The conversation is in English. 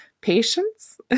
Patience